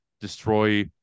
destroy